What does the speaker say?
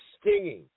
stinging